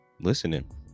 listening